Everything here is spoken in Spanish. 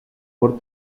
por